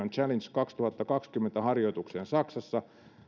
kaksituhattakaksikymmentä harjoitukseen saksassa